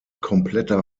kompletter